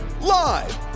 Live